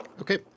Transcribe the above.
Okay